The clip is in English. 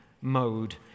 mode